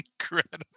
incredible